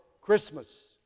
Christmas